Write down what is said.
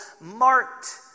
marked